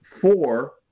Four